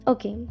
Okay